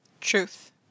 Truth